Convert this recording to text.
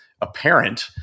apparent